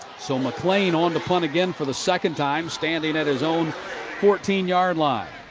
so mcclain on to punt again for the second time standing at his own fourteen yard line.